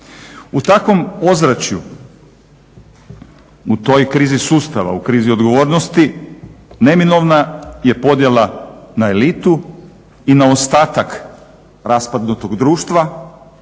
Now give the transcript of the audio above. U takvom ozračju, u toj krizi sustava u krizi odgovornosti neminovna je podjela na elitu i na ostatak raspadnutog društva,